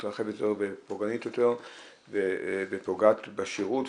מתרחבת יותר ופוגענית יותר ופוגעת בשירות,